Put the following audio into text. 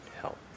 help